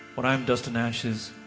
when i am dust and ashes